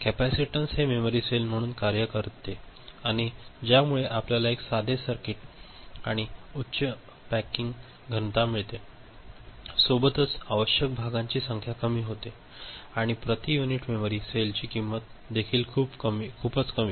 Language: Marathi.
तर कॅपेसिटन्स हे मेमरी सेल म्हणून कार्य करते आणि ज्यामुळे आपल्याला एक साधे सर्किट आणि उच्च पॅकिंग घनता मिळते सोबतच आवश्यक भागांची संख्या कमी होते आणि प्रति युनिट मेमरी सेलची किंमत देखील खूपच कमी